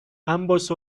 ambos